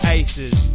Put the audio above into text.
aces